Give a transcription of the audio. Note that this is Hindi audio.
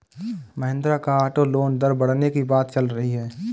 महिंद्रा का ऑटो लोन दर बढ़ने की बात चल रही है